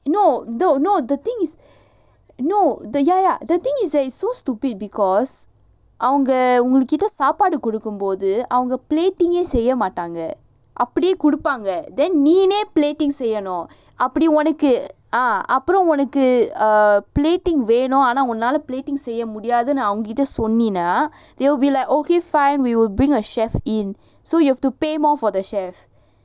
no no no the thing is no the ya ya the thing is that it's so stupid because அவங்க உங்க கிட்ட சாப்பாடு குடுக்கும் போது அவங்க:avanga unga kitta saapaadu kudukkum poathu avanga plating eh செய்ய மாட்டாங்க அப்டியே குடுப்பாங்க:seiya maattaanga appidiyae kuduppaanga then நீனே:neenae plating செய்யனும் அப்டி ஒனக்கு அப்புறம் ஒனக்கு:seiyanum apdi onakku appuram onakku plating வேணும் ஆனா உன்னால:venum aanaa unnaala plating செய்ய முடியாதுன்னு அவங்க கிட்ட சொன்னைனா:seiya mudiyaathunnu avanga kitta sonnainaa they'll be like okay fine we will bring a chef in so you have to pay more for the chef